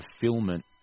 fulfillment